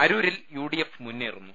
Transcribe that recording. അരൂരിൽ യുഡിഎഫ് മുന്നേറുന്നു